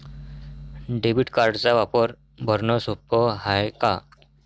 Debit कार्डचा वापर भरनं सोप हाय का?